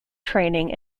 training